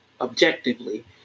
objectively